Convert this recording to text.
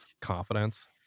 confidence